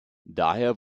daher